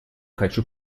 хочу